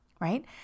right